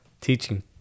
teaching